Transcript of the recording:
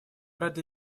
рады